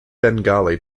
bengali